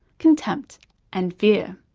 contempt and fear.